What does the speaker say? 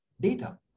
data